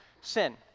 sin